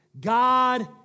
God